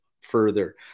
further